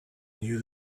knew